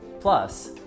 Plus